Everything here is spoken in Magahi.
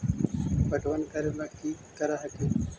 पटबन करे ला की कर हखिन?